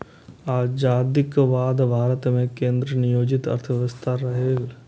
आजादीक बाद भारत मे केंद्र नियोजित अर्थव्यवस्था रहै